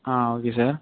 ah okay sir